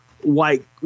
white